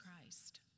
Christ